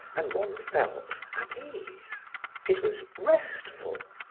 and one felt at ease it was restful.